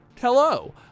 Hello